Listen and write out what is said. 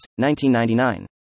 1999